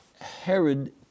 Herod